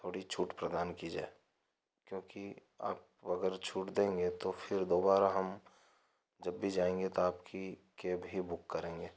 थोड़ी छुट प्रदान की जाए क्योंकि आप अगर छूट देंगें तो फिर दोबारा हम जब भी जाएँगे तो आपकी कैब ही बुक करेंगे